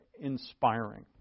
inspiring